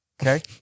Okay